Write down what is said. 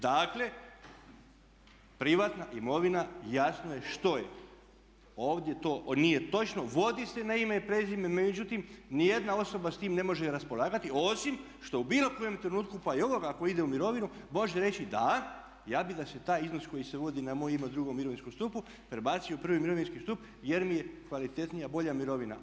Dakle, privatna imovina jasno je što je. ovdje to nije točno, vodi se na ime i prezime međutim nijedna osoba s tim ne može raspolagati osim što u bilo kojem trenutku pa i ovoga koji ide u mirovinu može reći da ja bih da se taj iznos koji se vodi na moje ime u II. mirovinskom stupu prebaci u I. mirovinski stup jer mi je kvalitetnija, bolja mirovina.